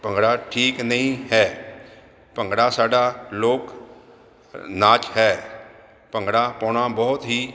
ਭੰਗੜਾ ਠੀਕ ਨਹੀਂ ਹੈ ਭੰਗੜਾ ਸਾਡਾ ਲੋਕ ਨਾਚ ਹੈ ਭੰਗੜਾ ਪਾਉਣਾ ਬਹੁਤ ਹੀ